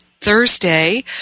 Thursday